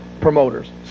promoters